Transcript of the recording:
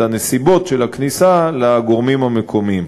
הנסיבות של הכניסה לגורמים המקומיים.